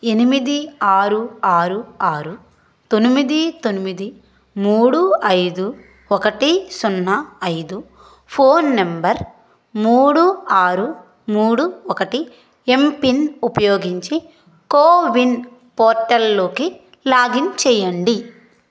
ఎనిమిది ఆరు ఆరు ఆరు తొమ్మిది తొమ్మిది మూడు ఐదు ఒకటి సున్నా ఐదు ఫోన్ నంబర్ మూడు ఆరు మూడు ఒకటి ఎంపిన్ ఉపయోగించి కోవిన్ పోర్టల్లోకి లాగిన్ చెయ్యండి